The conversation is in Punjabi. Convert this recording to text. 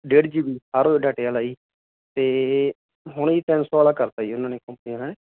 ਡੇਢ ਜੀ ਬੀ ਹਰ ਰੋਜ ਡਾਟੇ ਆਲਾ ਜੀ ਤੇ ਹੁਣ ਇਹ ਤਿੰਨ ਸੌ ਆਲਾ ਕਰਤਾ ਜੀ ਉਨ੍ਹਾਂ ਨੇ ਕੰਪਨੀ ਆਲਿਆਂ ਨੇ